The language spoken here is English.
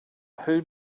who